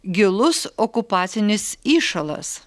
gilus okupacinis įšalas